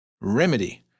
Remedy